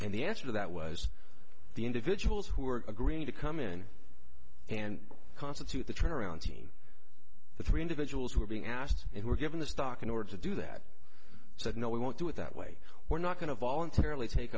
and the answer to that was the individuals who are agreeing to come in and constitute the turnaround scene the three individuals who are being asked and were given the stock in order to do that said no we won't do it that way we're not going to voluntarily take